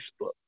Facebook